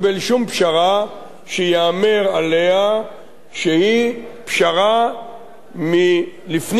שייאמר עליה שהיא פשרה לפנים משורת הדין.